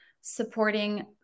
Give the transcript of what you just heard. supporting